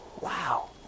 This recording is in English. Wow